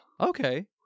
Okay